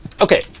Okay